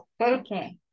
Okay